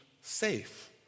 safe